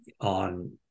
on